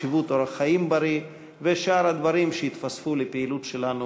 החשיבות של אורח חיים בריא ושאר הדברים שיתווספו לפעילות שלנו